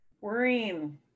Worrying